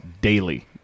daily